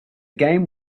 game